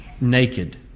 naked